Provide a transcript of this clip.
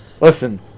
listen